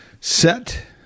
set